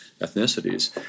ethnicities